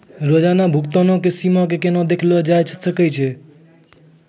रोजाना भुगतानो के सीमा के केना देखलो जाय सकै छै?